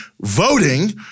voting